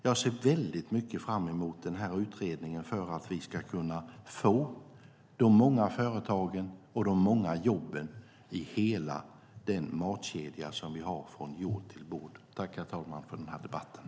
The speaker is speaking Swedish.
Jag ser mycket fram emot utredningens förslag för de många företagen och jobben i hela matkedjan från jord till bord. Tack, herr talman, för debatten.